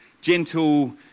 gentle